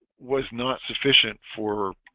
was not sufficient for